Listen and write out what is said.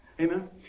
Amen